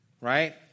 Right